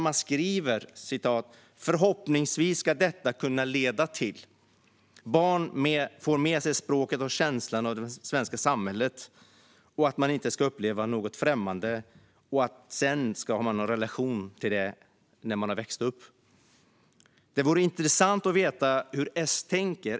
Man skriver: Förhoppningsvis ska detta kunna leda till att barn får med sig språket och en ökad känsla för det svenska samhället. Man ska inte uppleva samhället som något främmande, utan man ska få en relation till det när man har växt upp. Det vore intressant att veta hur SD tänker.